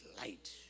light